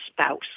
spouse